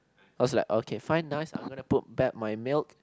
I was like okay fine nice I'm gonna put back my milk